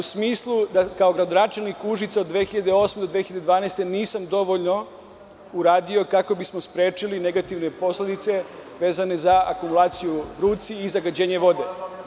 u smislu da kao gradonačelnik Užica od 2008. do 2012. godine nisam dovoljno uradio kako bismo sprečili negativne posledice vezano za akumulaciju i zagađenje vode.